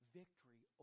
victory